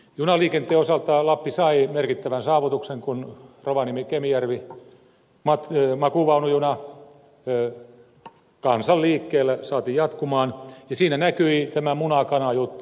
junaliikenteen osalta lappi sai merkittävän saavutuksen kun rovaniemenkemijärven makuuvaunujuna kansanliikkeellä saatiin jatkumaan ja siinä näkyi tämä munakana juttu